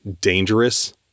dangerous